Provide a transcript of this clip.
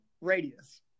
radius